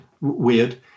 weird